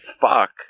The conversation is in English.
fuck